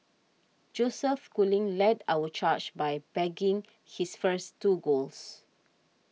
Joseph Schooling led our charge by bagging his first two golds